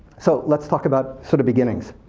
so let's talk about, sort of, beginnings.